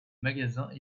magasins